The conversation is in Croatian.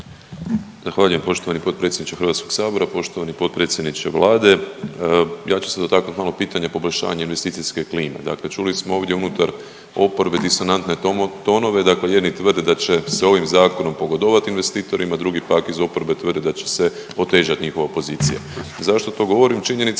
Zahvaljujem poštovani potpredsjedniče Hrvatskog sabora, poštovani potpredsjedniče Vlade. Ja ću se dotaknuti malo pitanje poboljšanje investicijske klime. Dakle, čuli smo ovdje unutar oporbe disonantne tonove, dakle jedni tvrde da će se ovim zakonom pogodovati investitorima, drugi pak iz oporbe tvrde da će se otežati njihova pozicija. Zašto to govorim? Činjenica